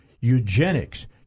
eugenics